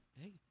hey